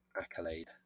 accolade